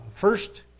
first